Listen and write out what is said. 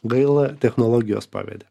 gaila technologijos pavedė